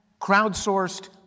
crowdsourced